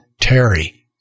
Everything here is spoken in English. Terry